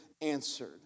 answered